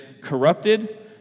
corrupted